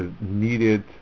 needed